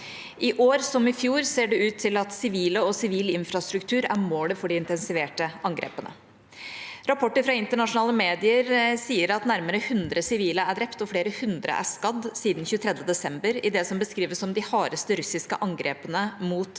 I år, som i fjor, ser det ut til at sivile og sivil infrastruktur er målet for de intensiverte angrepene. Rapporter fra internasjonale medier viser at nærmere hundre sivile er drept og flere hundre skadd siden 23. desember, i det som beskrives som de hardeste russiske angrepene mot